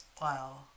Wow